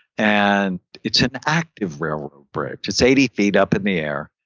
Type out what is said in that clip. and it's an active railroad bridge. it's eighty feet up in the air,